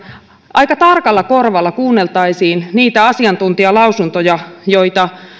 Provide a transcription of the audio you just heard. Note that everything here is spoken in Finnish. aika tarkalla korvalla kuunneltaisiin niitä asiantuntijalausuntoja joita